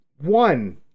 one